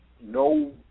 no